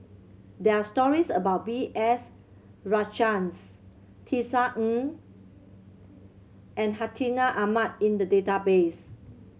there are stories about B S Rajhans Tisa Ng and Hartinah Ahmad in the database